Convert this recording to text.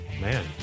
man